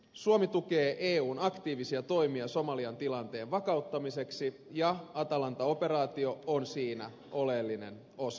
suomi tukee eun aktiivisia toimia somalian tilanteen vakauttamiseksi ja atalanta operaatio on siinä oleellinen osa